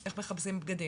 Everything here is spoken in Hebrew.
איך מכבסים בגדים?